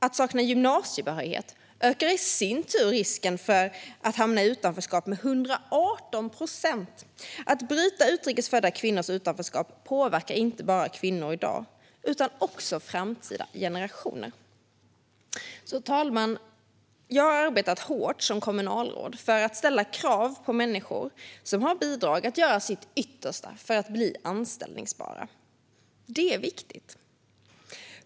Att sakna gymnasiebehörighet ökar i sin tur risken att hamna i utanförskap med 118 procent. Att bryta utrikes födda kvinnors utanförskap påverkar inte bara kvinnor i dag utan också framtida generationer. Herr talman! Jag har arbetat hårt som kommunalråd för att ställa krav på människor som har bidrag att göra sitt yttersta för att bli anställbara. Det är viktigt.